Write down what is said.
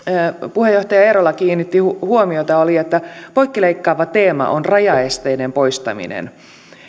puheenjohtaja eerola kiinnitti huomiota oli että poikkileikkaava teema on rajaesteiden poistaminen